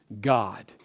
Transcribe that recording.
God